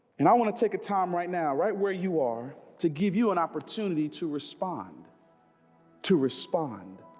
and i want to take a time right now right where you are to give you an opportunity to respond to respond